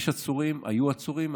יש עצורים, היו עצורים.